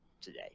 today